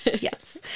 Yes